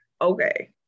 Okay